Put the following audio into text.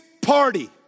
party